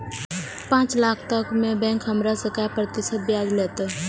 पाँच लाख तक में बैंक हमरा से काय प्रतिशत ब्याज लेते?